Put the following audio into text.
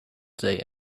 say